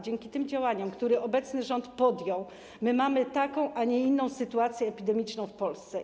Dzięki tym działaniom, które obecny rząd podjął, mamy taką, a nie inną sytuację epidemiczną w Polsce.